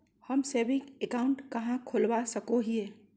हम saving account कहाँ खोलवा सको हियै?